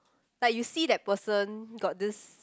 like you see that person got this